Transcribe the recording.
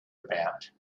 about